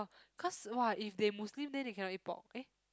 cause !wah! if they Muslim then they cannot eat pork eh